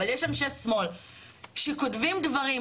אבל יש אנשי שמאל שכותבים דברים,